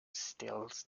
steals